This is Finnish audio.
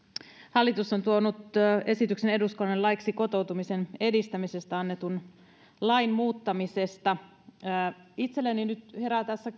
hallitus on tuonut esityksen eduskunnalle laiksi kotoutumisen edistämisestä annetun lain muuttamisesta itselleni nyt herää tässä